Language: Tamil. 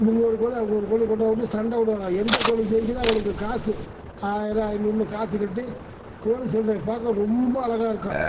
இவங்க ஒரு கோழி அவங்க ஒரு கோழி கொண்டு வந்து சண்டை விடுவாங்க எந்த கோழி ஜெய்க்குதோ அவங்களுக்கு காசு ஆயிரம் ஐந்நூறுன்னு காசு கட்டி கோழி சண்டைய பார்க்க ரொம்ப அழகா இருக்கும்